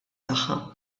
tagħha